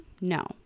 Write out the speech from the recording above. No